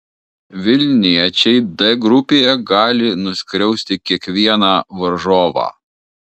vilniečiai d grupėje gali nuskriausti kiekvieną varžovą